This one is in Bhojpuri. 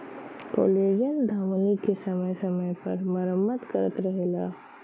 कोलेजन धमनी के समय समय पर मरम्मत करत रहला